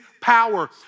power